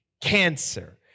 cancer